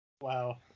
Wow